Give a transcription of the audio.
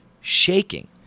shaking